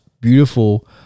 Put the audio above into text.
beautiful